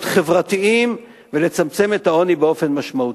להיות חברתיים, ולצמצם את העוני באופן משמעותי.